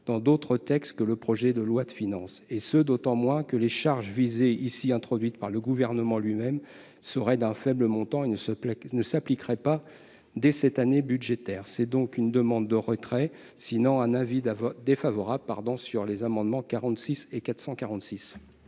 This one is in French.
dans d'autres textes que le projet de loi de finances, et ce d'autant moins que les charges visées ici et introduites par le Gouvernement lui-même seraient d'un faible montant et ne s'appliqueraient pas dès cette année budgétaire. La commission demande donc le retrait des amendements n46